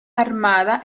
armada